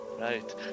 Right